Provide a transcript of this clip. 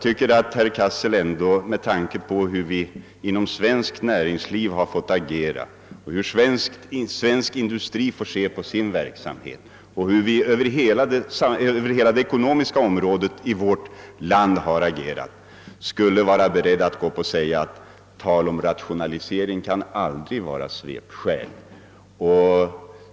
Med tanke på hur svensk industri och svenskt näringsliv över huvud taget måste bedriva sin verksamhet och hur vi över huvud taget agerar på det ekonomiska området i vårt land, tycker jag att herr Cassel i stället borde säga, att talet om rationalisering aldrig kan vara ett svepskäl.